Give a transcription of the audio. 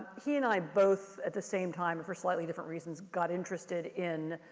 he and i both at the same time for slightly different reasons got interested in